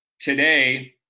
today